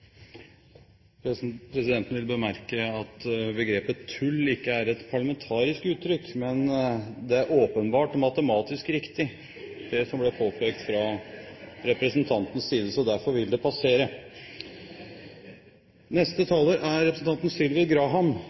Presidenten vil bemerke at begrepet «tull» ikke er et parlamentarisk uttrykk, men det som ble påpekt fra representantens side, er åpenbart matematisk riktig, så derfor vil det passere!